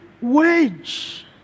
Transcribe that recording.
wage